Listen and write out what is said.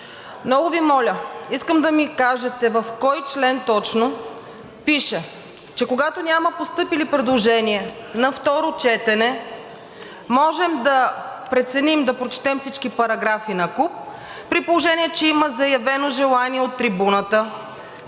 Много Ви моля, искам да ми кажете в кой член точно пише, че когато няма постъпили предложения на второ четене, можем да преценим, да прочетем всички параграфи накуп, при положение че има заявено желание от трибуната